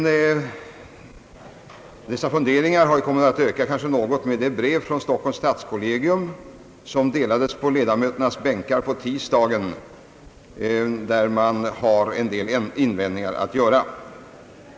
Vissa funderingar har kanske också kommit att anmäla sig då brevet från Stockholms stadskollegium delades ut på ledamöternas bänkar på tisdagen. I brevet har en del invändningar kommit till uttryck.